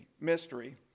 mystery